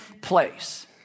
place